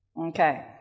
Okay